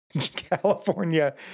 California